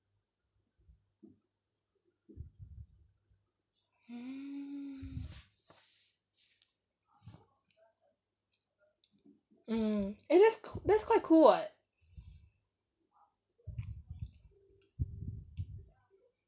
mm mm eh that's quite cool [what]